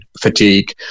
fatigue